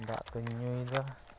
ᱫᱟᱜᱫᱚᱧ ᱧᱩᱭᱮᱫᱟ